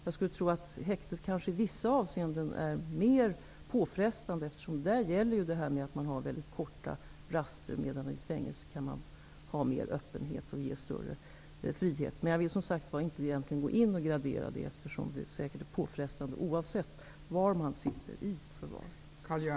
Jag skulle tro att häktet i vissa avseenden är mer påfrestande. Där gäller ju reglerna med korta raster. I ett fängelse går det att ha mer öppenhet och större frihet. Men, som sagt, jag vill egentligen inte göra en gradering, eftersom situationen är säkert påfrestande oavsett var man sitter i förvar.